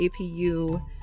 APU